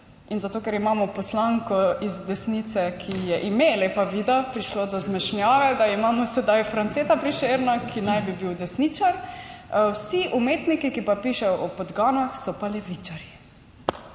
in zato, ker imamo poslanko iz desnice, ki ji je ime Lepa Vida, prišlo do zmešnjave, da imamo sedaj Franceta Prešerna, ki naj bi bil desničar, vsi umetniki, ki pa pišejo o podganah, so pa levičarji.